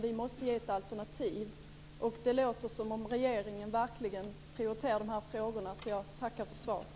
Vi måste ge ett alternativ. Det låter som om regeringen verkligen prioriterar dessa frågor. Jag tackar för svaret.